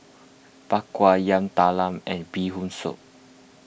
Bak Kwa Yam Talam and Bee Hoon Soup